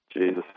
Jesus